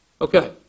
Okay